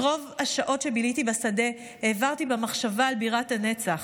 רוב השעות שביליתי בשדה העברתי במחשבה על בירת הנצח,